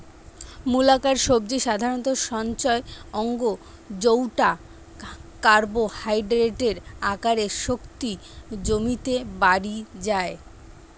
মূলাকার সবজি সাধারণত সঞ্চয় অঙ্গ জউটা কার্বোহাইড্রেটের আকারে শক্তি জমিতে বাড়ি যায়